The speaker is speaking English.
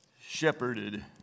shepherded